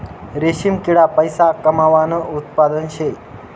रेशीम किडा पैसा कमावानं उत्पादन शे